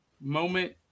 moment